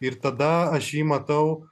ir tada aš jį matau